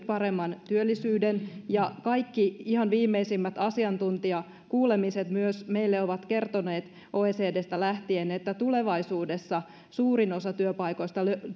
paremman työllisyyden ja myös kaikki ihan viimeisimmät asiantuntijakuulemiset meille ovat kertoneet oecdstä lähtien että tulevaisuudessa suurin osa työpaikoista